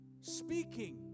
speaking